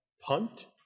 punt